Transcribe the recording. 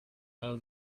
how